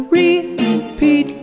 repeat